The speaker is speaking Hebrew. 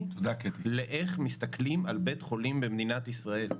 לאיך מסתכלים על בית חולים במדינת ישראל,